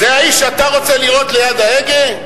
זה האיש שאתה רוצה לראות ליד ההגה?